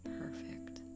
perfect